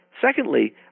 Secondly